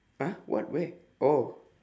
!huh! what where oh